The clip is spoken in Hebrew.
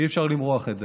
אי-אפשר למרוח את זה.